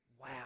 wow